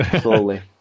slowly